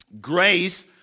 grace